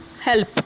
help